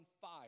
fire